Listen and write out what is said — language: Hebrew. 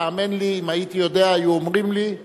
האמן לי, אם הייתי יודע, היו אומרים לי.